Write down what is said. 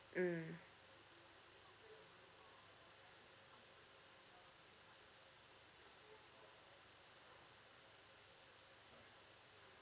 mm